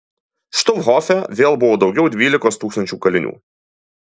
štuthofe vėl buvo daugiau dvylikos tūkstančių kalinių